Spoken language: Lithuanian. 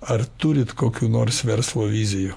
ar turit kokių nors verslo vizijų